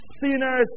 sinners